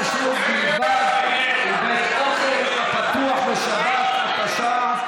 כשרות בלבד ובית אוכל הפתוח בשבת),